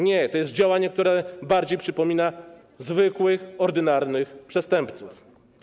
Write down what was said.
Nie, to jest działanie, które bardziej przypomina działania zwykłych ordynarnych przestępców.